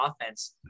offense